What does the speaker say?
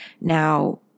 Now